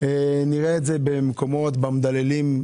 כמו במדללים.